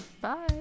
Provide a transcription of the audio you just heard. bye